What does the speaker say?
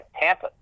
Tampa